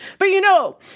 but you know,